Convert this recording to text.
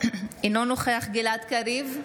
אינו נוכח גלעד קריב,